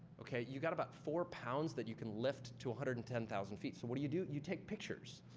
okay? you got about four pounds that you can lift to one hundred and ten thousand feet. so what do you do? you take pictures.